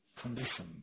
condition